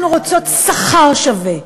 אנחנו רוצות שכר שווה,